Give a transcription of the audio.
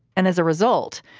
and as a result,